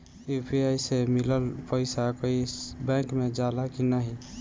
UPI से मिलल पईसा बैंक मे जाला की नाहीं?